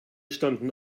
standen